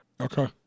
Okay